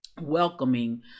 welcoming